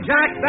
Jack